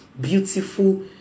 beautiful